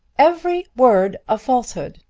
every word a falsehood!